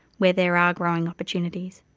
where there are growing opportunities.